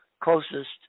closest